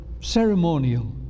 ceremonial